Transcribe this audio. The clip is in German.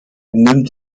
nimmt